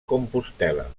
compostel·la